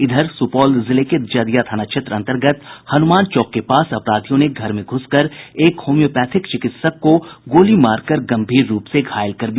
इधर सुपौल जिले के जदिया थाना क्षेत्र अंतर्गत हनुमान चौक के पास अपराधियों ने घर घुसकर एक होम्यापैथ चिकित्सक को गोली मारकर गंभीर रूप से घायल कर दिया